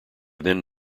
then